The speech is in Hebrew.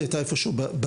היא הייתה איפה שהוא בדרך.